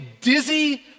dizzy